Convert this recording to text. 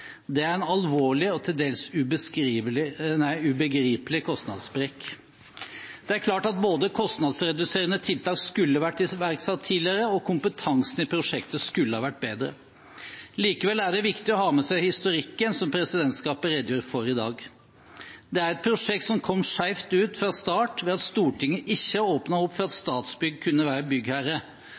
Det er en alvorlig og til dels ubegripelig kostnadssprekk. Det er klart at både kostnadsreduserende tiltak skulle vært iverksatt tidligere og kompetansen i prosjektet skulle vært bedre. Likevel er det viktig å ha med seg historikken som presidentskapet redegjorde for i dag. Dette er et prosjekt som kom skjevt ut fra start ved at Stortinget ikke åpnet opp for at Statsbygg kunne være byggherre